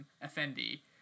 Effendi